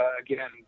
again